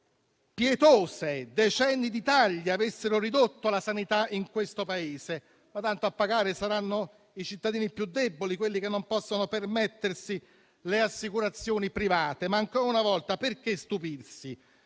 quali decenni di tagli avevano ridotto la sanità in questo Paese. Ma tanto a pagare saranno i cittadini più deboli, quelli che non possono permettersi le assicurazioni private. Ma, ancora una volta, perché stupirsi?